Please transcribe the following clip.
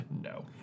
No